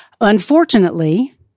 Unfortunately